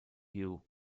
you